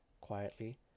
Quietly